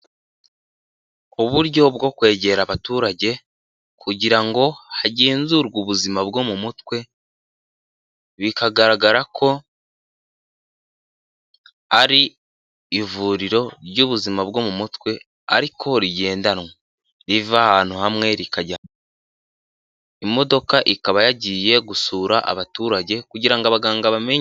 Uburyo bwo kwegera abaturage kugira ngo hagenzurwe ubuzima bwo mu mutwe, bikagaragara ko ari ivuriro ry'ubuzima bwo mu mutwe ariko rigendanwa riva ahantu hamwe rikajya ahandi, Imodoka ikaba yagiye gusura abaturage kugira ngo abaganga bamenye.